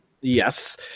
Yes